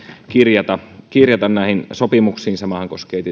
kirjata kirjata näihin sopimuksiin samahan koskee